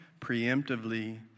preemptively